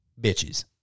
bitches